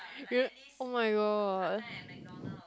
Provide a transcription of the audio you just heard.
you kn~ oh-my-God